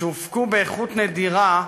שהופקו באיכות נדירה,